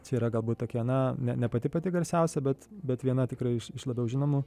čia yra galbūt tokia na ne pati pati garsiausia bet bet viena tikrai iš labiau žinomų